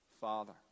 Father